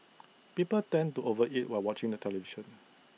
people tend to over eat while watching the television